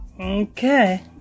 Okay